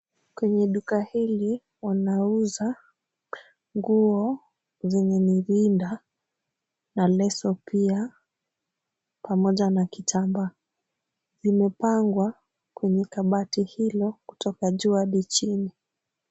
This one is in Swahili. Kwenye duka hili wanauza nguo zenye ni rinda na leso pia pamoja na kitambaa. Zimepangwa kwenye kabati hilo kutoka juu hadi chini.